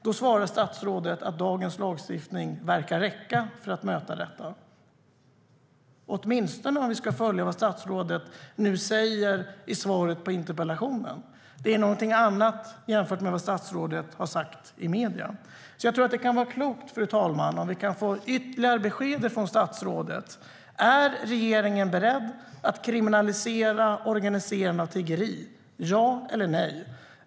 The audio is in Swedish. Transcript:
Då svarar statsrådet att dagens lagstiftning verkar räcka för att möta detta, åtminstone om vi ska följa vad statsrådet säger i sitt svar på interpellationen. Det är någonting annat än det statsrådet har sagt i medierna. Jag tror alltså att det vore klokt om vi kunde få ytterligare besked från statsrådet. Är regeringen beredd att kriminalisera organiserande av tiggeri - ja eller nej?